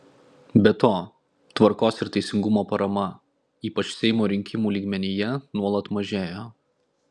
be to tvarkos ir teisingumo parama ypač seimo rinkimų lygmenyje nuolat mažėjo